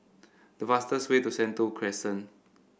the fastest way to Sentul Crescent